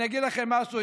אני אגיד לכם משהו,